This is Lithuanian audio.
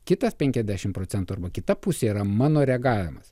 kitas penkiasdešimt procentų arba kita pusė yra mano reagavimas